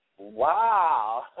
Wow